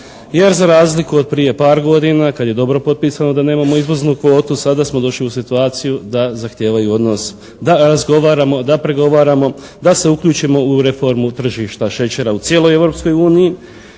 jer za razliku od prije par godina kad je dobro potpisano da nema izvoznu kvotu sada smo došli u situaciju da zahtijevaju odnos da razgovaramo, da pregovaramo, da se uključimo u reformu tržišta šećera u cijeloj Europskoj uniji